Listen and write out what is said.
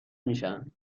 میشن